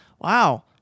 wow